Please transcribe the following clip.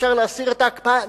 אפשר להסיר את ההקפאה,